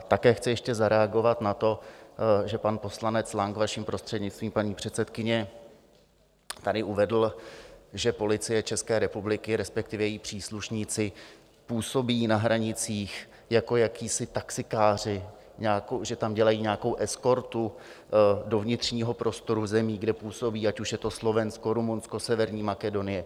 Také chci ještě zareagovat na to, že pan poslanec Lang, vaším prostřednictvím, paní předsedkyně, tady uvedl, že Policie České republiky, respektive její příslušníci, působí na hranicích jako jacísi taxikáři, že tam dělají nějakou eskortu do vnitřního prostoru zemí, kde působí, ať už je to Slovensko, Rumunsko, Severní Makedonie.